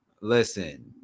listen